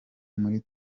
muri